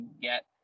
get